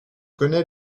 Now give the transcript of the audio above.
connais